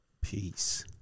Peace